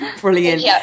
Brilliant